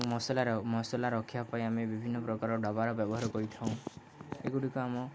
ମସଲାର ମସଲା ରଖିବା ପାଇଁ ଆମେ ବିଭିନ୍ନ ପ୍ରକାର ଡ଼ବାର ବ୍ୟବହାର କରିଥାଉ ଏଗୁଡ଼ିକ ଆମ